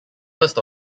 first